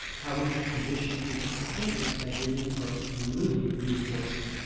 how we can condition people's behaviours by giving or removing reinforcement.